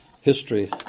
history